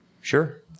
Sure